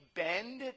bend